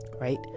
Right